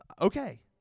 Okay